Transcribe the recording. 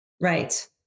right